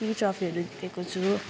ट्रफीहरू जितेको छु